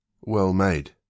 well-made